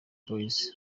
boys